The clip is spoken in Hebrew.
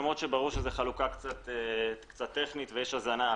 למרות שברור שזו חלוקה קצת טכנית ויש הזנה ביניהם.